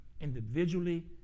Individually